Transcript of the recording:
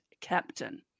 captain